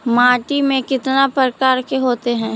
माटी में कितना प्रकार के होते हैं?